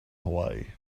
hawaii